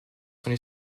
sont